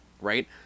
Right